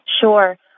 Sure